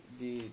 di